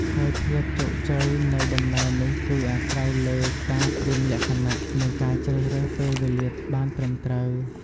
ហើយភាពជោគជ័យនៃដំណើរនេះគឺអាស្រ័យលើការត្រៀមលក្ខណៈ និងការជ្រើសរើសពេលវេលាបានត្រឹមត្រូវ។